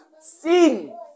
Sin